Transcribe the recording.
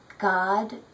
God